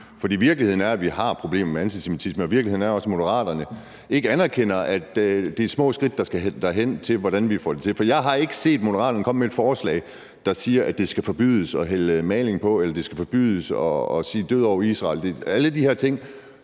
Virkeligheden er, at vi har problemer med antisemitisme, og virkeligheden er også, at Moderaterne ikke anerkender, at det er små skridt, man skal tage for at komme derhen. Jeg har ikke set Moderaterne komme med et forslag, der siger, at det skal forbydes at hælde maling ud over noget, eller at det skal forbydes at sige død over Israel. Det er alle de her ting.